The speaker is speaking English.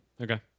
Okay